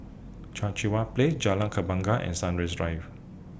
Cheang What Play Jalan Kembangan and Sunrise Drive